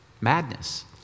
madness